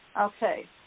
Okay